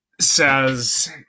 says